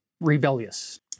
rebellious